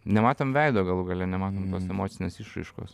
nematom veido galų gale nematom tos emocinės išraiškos